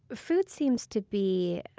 food seems to be